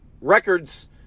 records